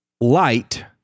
light